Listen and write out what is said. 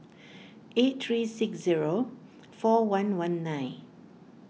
eight three six zero four one one nine